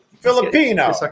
Filipino